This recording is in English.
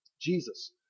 Jesus